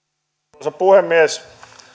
arvoisa puhemies